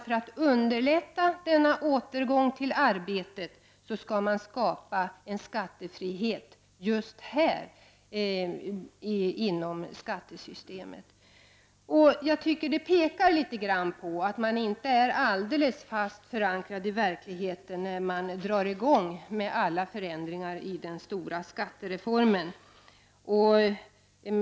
För att underlätta denna återgång till arbetet skall man skapa en skattefrihet just här inom skattesystemet. Det pekar en aning på att man inte är alldeles fast förankrad i verkligheten när man drar i gång med alla förändringar som föreslås i den stora skattereformen.